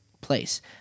place